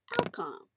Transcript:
outcome